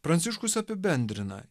pranciškus apibendrina